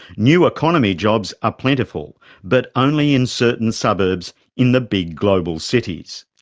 new economy jobs are plentiful but only in certain suburbs in the big global cities.